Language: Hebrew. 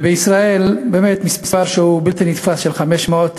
בישראל באמת המספר הוא בלתי נתפס, 500,